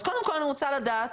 אז קודם כל אני רוצה לדעת,